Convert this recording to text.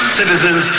citizens